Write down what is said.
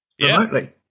remotely